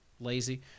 Lazy